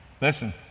Listen